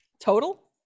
total